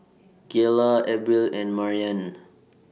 Galilea Abril and Maryann